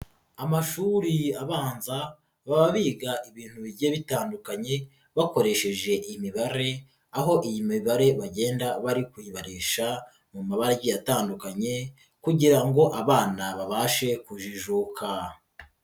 Amashuri abanza baba biga ibintu bigiye bitandukanye bakoresheje imibare aho iyi mibare bagenda bari kuzibarisha mu mabara agiye atandukanye kugira ngo abana babashe kujijuka.